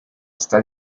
esta